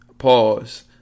pause